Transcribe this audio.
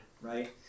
right